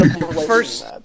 First